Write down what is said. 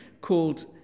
called